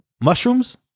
mushrooms